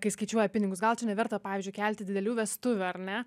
kai skaičiuoja pinigus gal čia neverta pavyzdžiui kelti didelių vestuvių ar ne